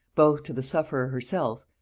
both to the sufferer herself,